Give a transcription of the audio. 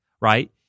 right